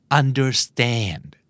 understand